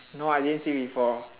no I didn't see before